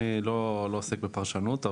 אני לא עוסק בפרשנות,